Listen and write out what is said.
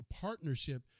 partnership